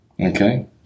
okay